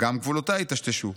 גם גבולותיה היטשטשו.